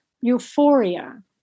euphoria